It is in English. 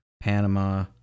Panama